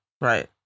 right